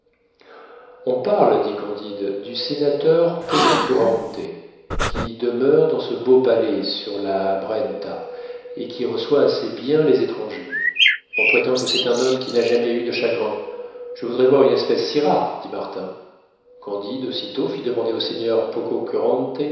on parle dit candide du sénateur pococurante qui demeure dans ce beau palais sur la brenta et qui reçoit assez bien les étrangers on prétend que c'est un homme qui n'a jamais eu de chagrin je voudrais voir une espèce si rare dit martin candide aussitôt fit demander au seigneur